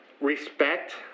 respect